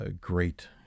Great